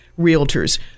realtors